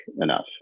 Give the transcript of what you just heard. enough